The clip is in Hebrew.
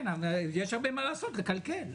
כן, יש הרבה מה לעשות, לקלקל.